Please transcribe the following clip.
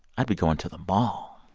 i'd be going to the mall